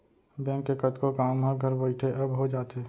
bank के कतको काम हर घर बइठे अब हो जाथे